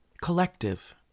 Collective